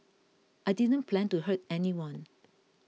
a didn't plan to hurt anyone